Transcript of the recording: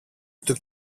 του